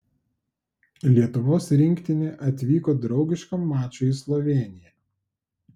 lietuvos rinktinė atvyko draugiškam mačui į slovėniją